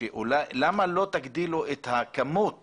למה לא תגדילו את הכמות